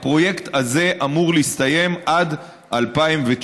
הפרויקט הזה אמור להסתיים עד 2019,